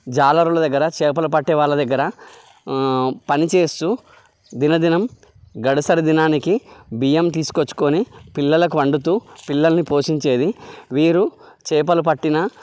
జాలరులు దగ్గర చేపలు పట్టే వాళ్ళ దగ్గర పనిచేస్తూ దినదినం గడసరి దినానికి బియ్యం తీసుకొచ్చుకోని పిల్లలకు వండుతూ పిల్లల్ని పోషించేది వీరు చేపలు పట్టినా